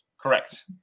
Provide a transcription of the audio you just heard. Correct